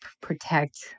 protect